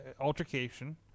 altercation